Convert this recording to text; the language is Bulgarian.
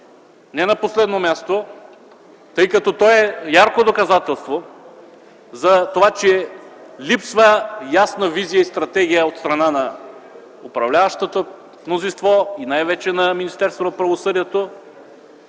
не на последно място, тъй като той е ярко доказателство за това, че липса ясна визия и стратегия от страна на управляващото мнозинство и най-вече на